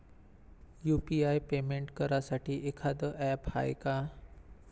UPI payment करासाठी एखांद app हाय का?